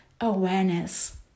awareness